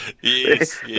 Yes